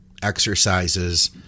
exercises